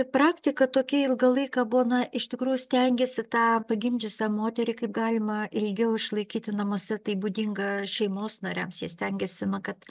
praktika tokia ilgą laiką buvo na iš tikrųjų stengiasi tą pagimdžiusią moterį kaip galima ilgiau išlaikyti namuose tai būdinga šeimos nariams jie stengiasi na kad